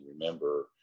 remember